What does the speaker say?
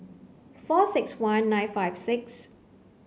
four six one nine five six